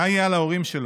מה יהיה על ההורים שלו?